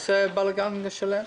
בלגאן שלם.